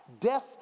death